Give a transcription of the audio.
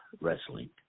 wrestling